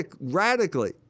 radically